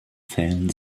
fällen